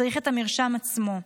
צריך את המרשם עצמו.